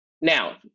Now